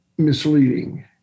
misleading